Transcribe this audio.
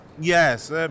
Yes